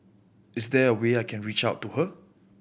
is there a way I can reach out to her